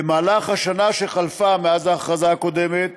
במהלך השנה שחלפה מאז ההכרזה הקודמת